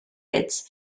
its